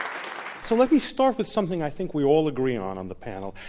so let me start with something i think we all agree on, on the panel.